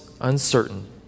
uncertain